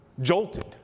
jolted